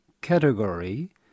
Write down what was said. category